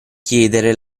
chiedere